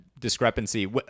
discrepancy